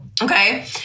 Okay